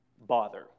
bother